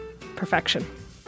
Perfection